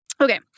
Okay